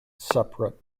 separate